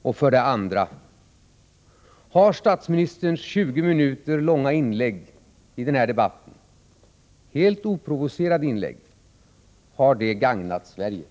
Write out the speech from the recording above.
Och har statsministerns 20 minuter långa och helt oprovocerade inlägg i denna debatt gagnat Sverige?